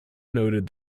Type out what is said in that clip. noted